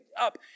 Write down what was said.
up